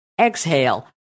Exhale